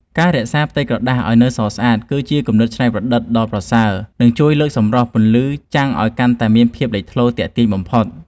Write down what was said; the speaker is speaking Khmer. ការរក្សាផ្ទៃក្រដាសឱ្យនៅសស្អាតគឺជាគំនិតច្នៃប្រឌិតដ៏ប្រសើរ និង ជួយលើកសម្រស់ពន្លឺចាំងឱ្យកាន់តែមានភាពលេចធ្លោទាក់ទាញបំផុត។